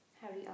Harry